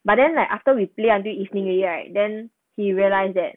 but then like after we play until evening already right then he realized that